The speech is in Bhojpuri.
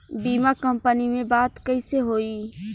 बीमा कंपनी में बात कइसे होई?